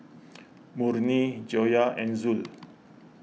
Murni Joyah and Zul